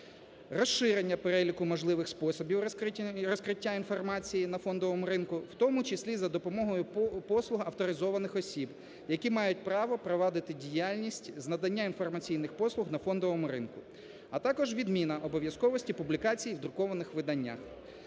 Розширення переліку можливих способів розкриття інформації на фондовому ринку, в тому числі і за допомогою послуг авторизованих осіб, які мають право провадити діяльність з надання інформаційних послуг на фондовому ринку, а також відміна обов'язковості публікацій в друкованих виданнях.